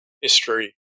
History